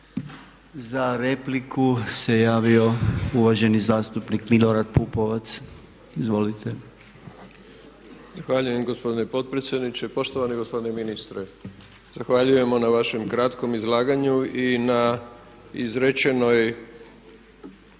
Za repliku se javio uvaženi zastupnik Milorad Pupovac, izvolite. **Pupovac, Milorad (SDSS)** Zahvaljujem gospodine potpredsjedniče. Poštovani gospodine ministre, zahvaljujemo na vašem kratkom izlaganju i na izrečenom